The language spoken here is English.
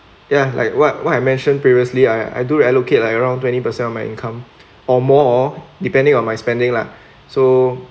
ya like what what I mentioned previously I I do allocate like around twenty percent of my income or more depending on my spending lah so